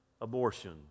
abortion